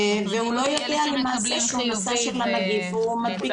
והוא לא יודע למעשה שהוא נשא של הנגיף והוא מדביק את הסביבה